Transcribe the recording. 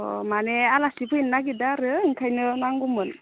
अ माने आलासि फैनो नागिरदों आरो ओंखायनो नांगौमोन